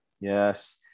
yes